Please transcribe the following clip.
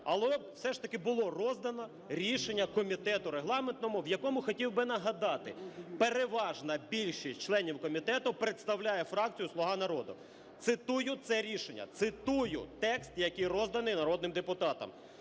але все ж таки було роздане рішення Комітету регламентного, в якому, хотів би нагадати, переважна більшість членів комітету представляє фракцію "Слуга народу". Цитую це рішення, цитую текст, який розданий народним депутатам: